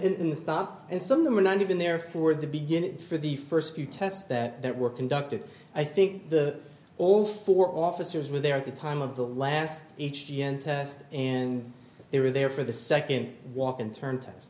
and the start and some of them were not even there for the beginning and for the first few tests that were conducted i think the all four officers were there at the time of the last each d n a test and they were there for the second walk and turn test